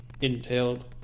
entailed